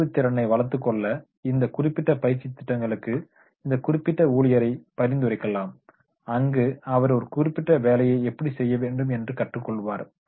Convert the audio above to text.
அறிவுத்திறனை வளர்த்துக்கொள்ள இந்த குறிப்பிட்ட பயிற்சி திட்டங்களுக்கு இந்த குறிப்பிட்ட ஊழியரை பரிந்துரைக்கலாம் அங்கு அவர் ஒரு குறிப்பிட்ட வேலையை எப்படி செய்ய வேண்டும் என்று கற்றுக் கொள்வார்